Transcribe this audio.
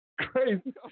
Crazy